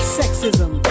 sexism